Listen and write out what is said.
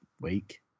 week